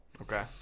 Okay